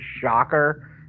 Shocker